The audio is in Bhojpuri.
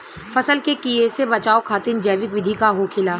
फसल के कियेसे बचाव खातिन जैविक विधि का होखेला?